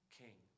king